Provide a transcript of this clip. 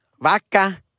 vaca